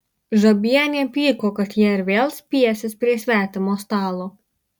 žabienė pyko kad jie ir vėl spiesis prie svetimo stalo